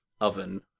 oven